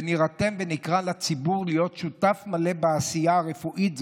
ונירתם ונקרא לציבור להיות שותף מלא בעשייה רפואית זו,